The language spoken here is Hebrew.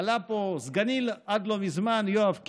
עלה פה סגני עד לא מזמן יואב קיש,